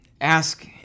Ask